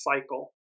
cycle